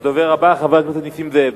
הדובר הבא, חבר הכנסת נסים זאב.